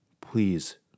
please